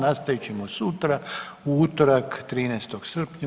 Nastavit ćemo sutra u utorak 13. srpnja u